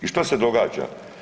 I što se događa?